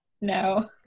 No